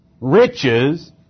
riches